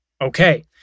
Okay